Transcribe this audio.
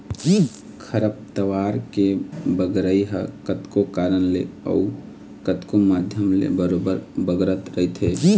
खरपतवार के बगरई ह कतको कारन ले अउ कतको माध्यम ले बरोबर बगरत रहिथे